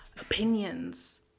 opinions